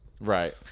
Right